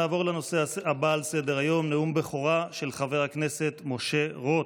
נעבור לנושא הבא על סדר-היום: נאום בכורה של חבר הכנסת משה רוט.